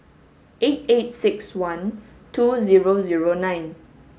eight eight six one two zero zero nine